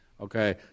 Okay